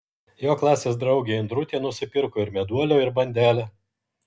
jo klasės draugė indrutė nusipirko ir meduolio ir bandelę